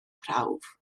prawf